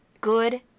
good